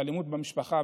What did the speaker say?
אלימות במשפחה,